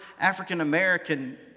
African-American